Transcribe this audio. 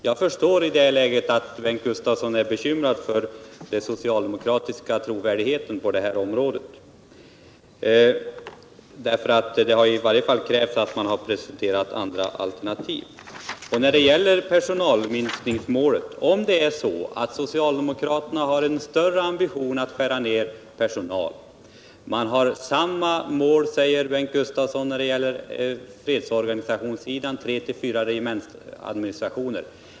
Jag förstår att Bengt Gustavsson i det läget är bekymrad för den socialdemokratiska trovärdigheten på det här området. Det är ett rimligt krav att man skulle ha presenterat andra alternativ. När det gäller personalminskningsmålet vill jag anföra följande. Socialdemokraterna har samma mål som vi när det gäller fredsorganisationssidan, säger Bengt Gustavsson — tre fyra regementsadministrationer.